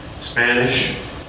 Spanish